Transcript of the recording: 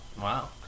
Wow